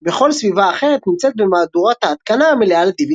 וכל סביבה אחרת נמצאת במהדורת ההתקנה המלאה ל־DVD.